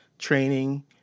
training